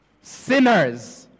Sinners